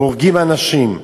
הורגים אנשים.